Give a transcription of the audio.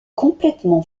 complètement